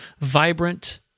vibrant